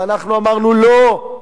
ואנחנו אמרנו: לא.